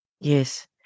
Yes